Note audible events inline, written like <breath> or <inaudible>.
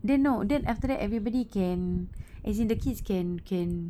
then no then after that everybody can <breath> as in the kids can can